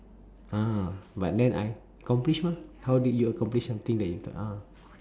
ah but then I accomplish mah how did you accomplish something that you thought ah